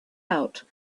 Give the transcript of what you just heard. out